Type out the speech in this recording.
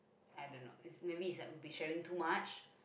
I don't know it's maybe it's like we've been sharing too much